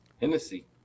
Hennessy